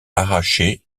arraché